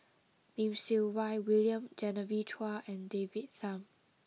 Lim Siew Wai William Genevieve Chua and David Tham